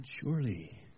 surely